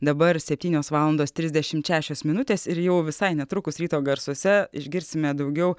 dabar septynios valandos trisdešimt šešios minutės ir jau visai netrukus ryto garsuose išgirsime daugiau